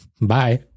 Bye